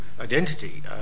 identity